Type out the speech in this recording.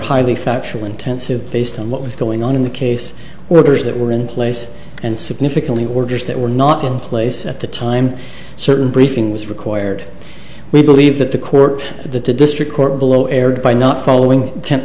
highly factual intensive based on what was going on in the case workers that were in place and significantly orders that were not in place at the time certain briefing was required we believe that the court the district court below erred by not